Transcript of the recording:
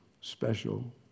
special